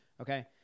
Okay